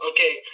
Okay